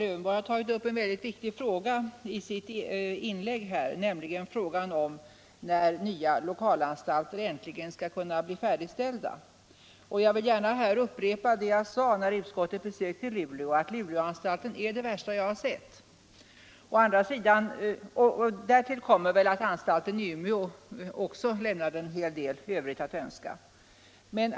Herr talman! Herr Lövenborg har i sitt inlägg tagit upp en mycket viktig fråga, nämligen när nya lokalanstalter äntligen skall kunna bli färdigställda. Jag vill gärna upprepa vad jag sade när utskottet besökte Luleå, att Luleåanstalten är det värsta jag har sett. Därtill kommer att också anstalten i Umeå lämnar en del övrigt att önska.